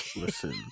listen